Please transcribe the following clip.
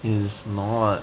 is not